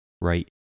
right